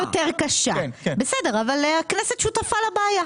אנחנו בבעיה יותר קשה, אבל הכנסת שותפה לבעיה.